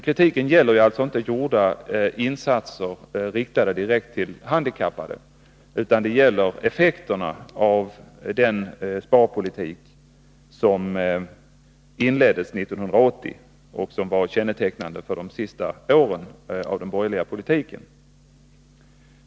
Kritiken gäller alltså inte gjorda insatser, riktade direkt till handikappade, utan den gäller effekterna av den sparpolitik som inleddes 1980 och som var kännetecknande för de sista åren av den borgerliga politiken.